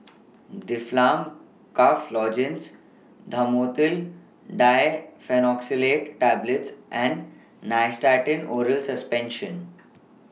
Difflam Cough Lozenges Dhamotil Diphenoxylate Tablets and Nystatin Oral Suspension